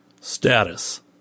Status